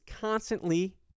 constantly